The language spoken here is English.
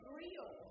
real